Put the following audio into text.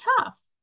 tough